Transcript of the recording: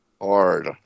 Hard